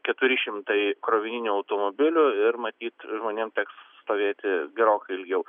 keturi šimtai krovininių automobilių ir matyt žmonėm teks stovėti gerokai ilgiau